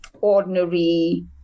ordinary